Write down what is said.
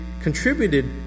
contributed